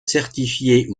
certifiés